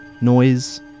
noise